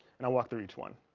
and i'll walk through each one